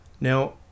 Now